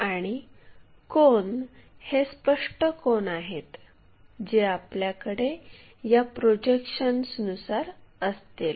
आणि कोन हे स्पष्ट कोन आहेत जे आपल्याकडे या प्रोजेक्शन्सनुसार असतील